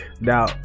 now